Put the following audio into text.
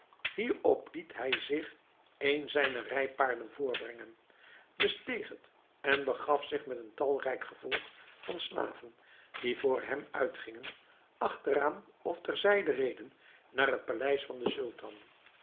hierop liet hij zich een zijner rijpaarden voorbrengen besteeg het en begaf zich met een talrijk gevolg van slaven die voor hem uitgingen achteraan of terzijde reden naar het paleis van den sultan